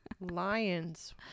lions